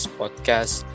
podcast